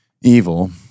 evil